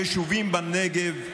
היישובים בנגב,